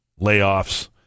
layoffs